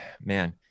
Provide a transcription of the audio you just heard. Man